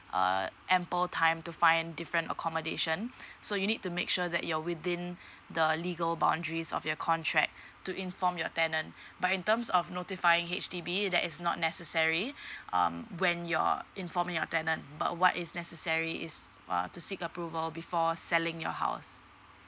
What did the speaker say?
a ample time to find different accommodation so you need to make sure that you're within the legal boundaries of your contract to inform your tenant but in terms of notifying H_D_B that is not necessary um when you're informing your tenant but what is necessary is uh to seek approval before selling your house